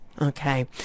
Okay